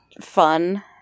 fun